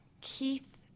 Keith